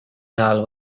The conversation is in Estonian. seal